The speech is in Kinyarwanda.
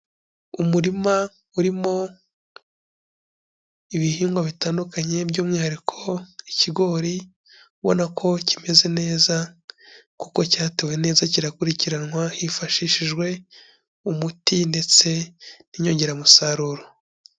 Umurima urimo ibihingwa bitandukanye by'umwihariko ikigori, ubona ko kimeze neza kuko cyatewe neza kirakurikiranwa, hifashishijwe umuti ndetse n'inyongeramusaruro.